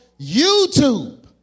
YouTube